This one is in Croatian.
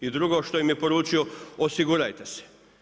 I drugo što im je poručio osigurajte se.